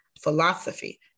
philosophy